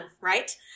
right